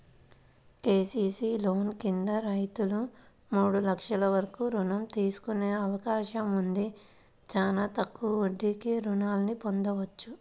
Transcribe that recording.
KCC loan కింద రైతులు మూడు లక్షల వరకు రుణం తీసుకునే అవకాశం ఉంది, చానా తక్కువ వడ్డీకే రుణాల్ని పొందొచ్చు